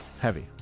Heavy